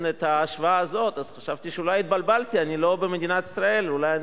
בתחילת דבריו, איך שהוא